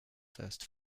first